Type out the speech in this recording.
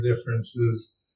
differences